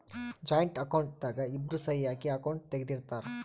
joint account ದಾಗ ಇಬ್ರು ಸಹಿ ಹಾಕಿ ಅಕೌಂಟ್ ತೆಗ್ದಿರ್ತರ್